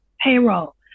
payroll